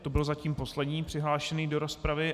To byl zatím poslední přihlášený do rozpravy.